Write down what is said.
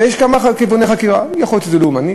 ויש כמה כיווני חקירה: יכול להיות שזה לאומני,